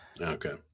Okay